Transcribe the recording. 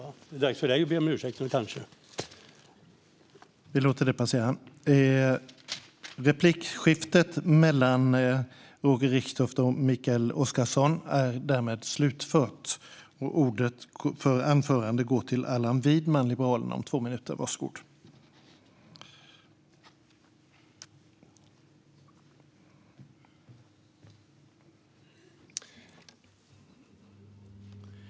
: Det är dags för dig att be om ursäkt nu, kanske.)